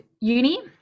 uni